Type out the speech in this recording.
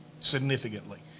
significantly